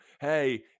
Hey